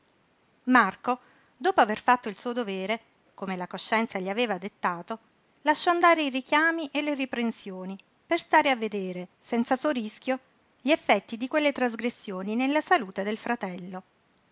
marco dopo aver fatto il suo dovere come la coscienza gli aveva dettato lasciò andare i richiami e le riprensioni per stare a vedere senza suo rischio gli effetti di quelle trasgressioni nella salute del fratello